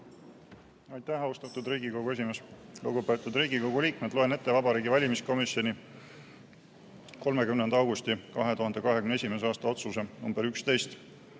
Aitäh, austatud Riigikogu esimees! Lugupeetud Riigikogu liikmed! Loen ette Vabariigi Valimiskomisjoni 30. augusti 2021. aasta otsuse nr 11,